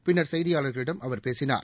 பின்னர் செய்தியாளர்களிடம் அவர் பேசினார்